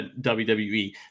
WWE